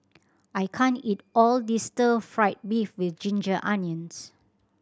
I can't eat all this Stir Fry beef with ginger onions